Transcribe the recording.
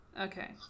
Okay